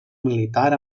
militar